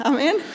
Amen